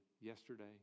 yesterday